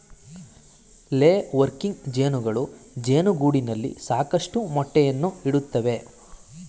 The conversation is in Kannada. ಲೇ ವರ್ಕಿಂಗ್ ಜೇನುಗಳು ಜೇನುಗೂಡಿನಲ್ಲಿ ಸಾಕಷ್ಟು ಮೊಟ್ಟೆಯನ್ನು ಇಡುತ್ತವೆ